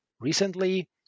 Recently